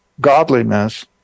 godliness